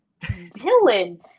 Dylan